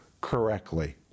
correctly